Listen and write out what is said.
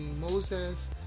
Moses